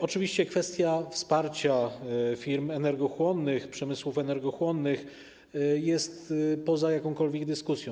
Oczywiście kwestia wsparcia firm energochłonnych, przemysłów energochłonnych jest poza jakąkolwiek dyskusją.